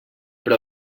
però